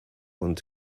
und